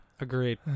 Agreed